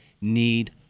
need